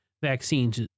vaccines